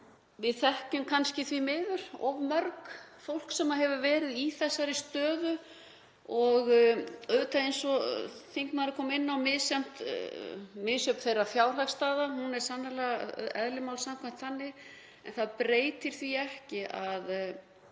Við þekkjum kannski því miður of margt fólk sem hefur verið í þessari stöðu og auðvitað, eins og þingmaðurinn kom inn á, misjöfn þeirra fjárhagsstaða. Hún er sannarlega eðli máls samkvæmt þannig en það breytir því ekki að